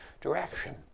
direction